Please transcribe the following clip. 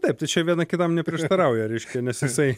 taip tai čia viena kitam neprieštarauja reiškia nes jisai